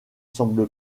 semble